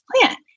plant